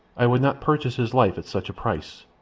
i would not purchase his life at such a price.